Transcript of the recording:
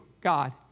God